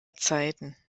zeiten